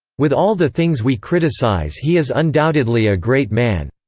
with all the things we criticize he is undoubtedly a great man,